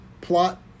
plot